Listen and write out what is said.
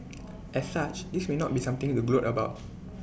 as such this may not be something to gloat about